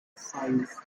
five